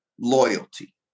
loyalty